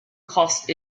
cost